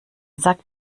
sagt